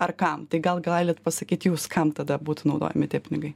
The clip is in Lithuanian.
ar kam tai gal galit pasakyt jūs kam tada būtų naudojami tie pinigai